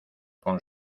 con